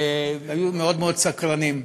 היו מאוד מאוד סקרנים.